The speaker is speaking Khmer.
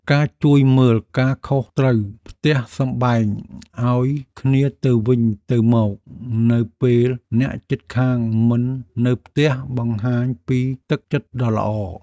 ការជួយមើលការខុសត្រូវផ្ទះសម្បែងឱ្យគ្នាទៅវិញទៅមកនៅពេលអ្នកជិតខាងមិននៅផ្ទះបង្ហាញពីទឹកចិត្តដ៏ល្អ។